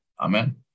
Amen